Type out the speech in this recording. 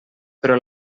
però